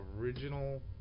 original